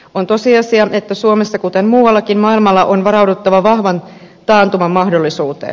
on tosiasia että suomessa kuten muuallakin maailmalla on varauduttava vahvan taantuman mahdollisuuteen